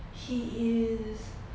he is